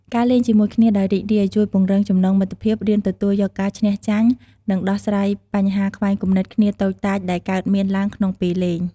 ការលេងជាមួយគ្នាដោយរីករាយជួយពង្រឹងចំណងមិត្តភាព រៀនទទួលយកការឈ្នះ ចាញ់ និងដោះស្រាយបញ្ហាខ្វែងគំនិតគ្នាតូចតាច ដែលកើតមានឡើងក្នុងពេលលេង។